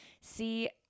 See